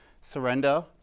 surrender